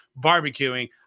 barbecuing